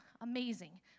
amazing